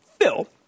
Phil